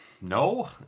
No